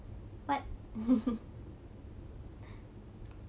what